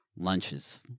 lunches